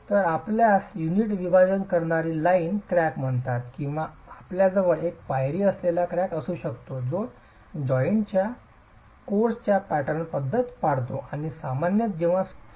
तर आपल्यास युनिट विभाजित करणारी लाइन क्रॅक म्हणतात किंवा आपल्याजवळ एक पायरी असलेला क्रॅक असू शकतो जो जॉइंटच्या कोर्सच्या पॅटर्नची पद्धत पाळतो आणि सामान्यत जेव्हा युनिट स्वतःच